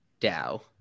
DAO